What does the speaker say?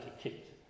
kicked